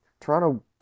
Toronto